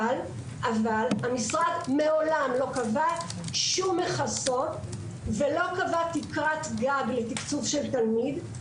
אבל המשרד מעולם לא קבע שום מכסות ולא קבע תקרת גג לתקצוב של תלמיד.